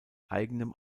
eigenem